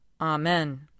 Amen